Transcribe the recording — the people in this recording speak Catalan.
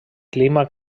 clima